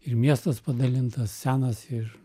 ir miestas padalintas senas ir